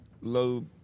low